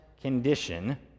condition